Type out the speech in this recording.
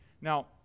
Now